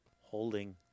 holding